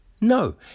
no